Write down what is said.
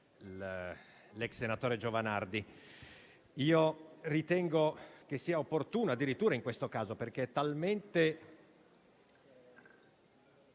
Grazie